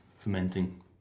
fermenting